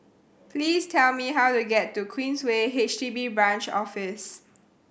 please tell me how to get to Queensway H D B Branch Office